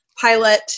pilot